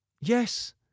Yes